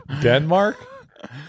Denmark